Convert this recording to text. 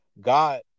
God